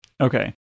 Okay